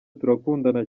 turakundana